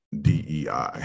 DEI